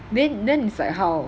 then then is like how